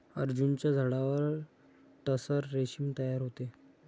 अर्जुनाच्या झाडावर टसर रेशीम तयार होते